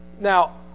Now